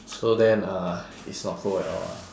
so then uh it's not cold at all ah